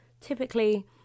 Typically